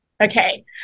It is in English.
Okay